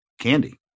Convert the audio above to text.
candy